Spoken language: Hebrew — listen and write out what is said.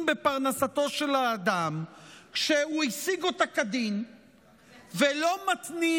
בפרנסתו של האדם שהוא השיג אותה כדין ולא מתנים